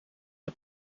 uit